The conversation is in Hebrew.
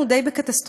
אנחנו די בקטסטרופה,